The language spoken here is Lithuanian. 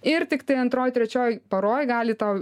ir tiktai antroj trečioj paroj gali tau